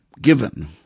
given